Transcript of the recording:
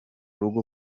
rugo